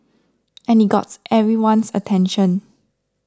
and it got everyone's attention